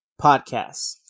podcasts